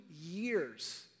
years